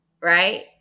right